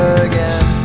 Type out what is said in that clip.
again